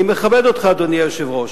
אני מכבד אותך, אדוני היושב-ראש.